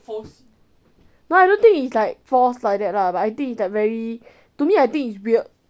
no I don't think it's like force like that lah but I think it's like very to me I think it's weird